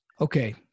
Okay